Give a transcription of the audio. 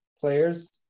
players